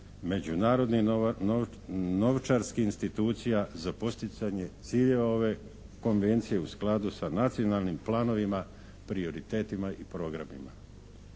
međunarodni novčarskih institucija za postizanje ciljeva ove konvencije u skladu sa nacionalnim planovima, prioritetima i programima.